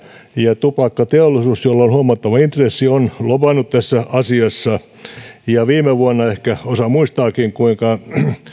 ja tupakkateollisuus jolla on huomattava intressi on lobannut tässä asiassa ja ehkä osa muistaakin kuinka viime vuonna